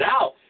out